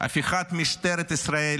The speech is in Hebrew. הפיכת משטרת ישראל